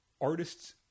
artists